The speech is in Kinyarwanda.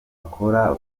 akora